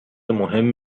مهم